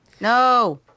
No